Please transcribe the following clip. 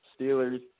Steelers